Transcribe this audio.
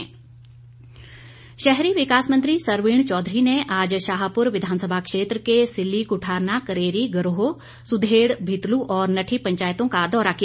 सरवीण चौधरी शहरी विकास मंत्री सरवीण चौधरी ने आज शाहपुर विधानसभा क्षेत्र के सीलीकुठारना करेरी घरोह सुधेड़ भितलु और नठी पंचायतों का दौरा किया